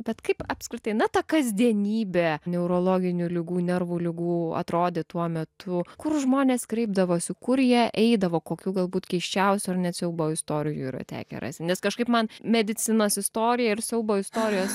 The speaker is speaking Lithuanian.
bet kaip apskritai na ta kasdienybė neurologinių ligų nervų ligų atrodė tuo metu kur žmonės kreipdavosi kur jie eidavo kokių galbūt keisčiausių ar net siaubo istorijų yra tekę rasti nes kažkaip man medicinos istorija ir siaubo istorijos